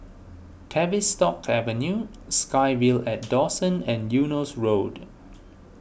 Tavistock Avenue SkyVille at Dawson and Eunos Road